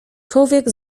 człowiek